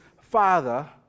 Father